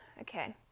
Okay